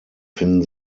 finden